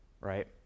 Right